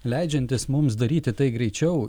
leidžiantys mums daryti tai greičiau